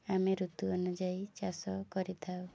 ଆମେ ଋତୁ ଅନୁଯାୟୀ ଚାଷ କରିଥାଉ